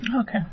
Okay